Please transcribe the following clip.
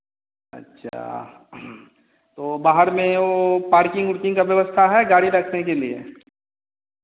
अच्छा तो बाहर में वो पार्किंग ओर्किंग का व्यवस्था है गाड़ी रखने के लिए